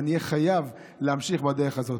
ואני חייב להמשיך בדרך הזאת.